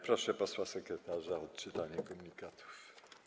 Proszę posła sekretarza o odczytanie komunikatów.